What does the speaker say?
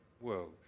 world